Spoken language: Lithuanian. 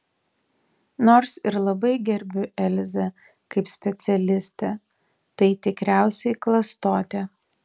nors ir labai gerbiu elzę kaip specialistę tai tikriausiai klastotė